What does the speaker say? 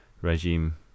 regime